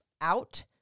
out